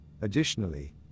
Additionally